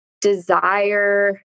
desire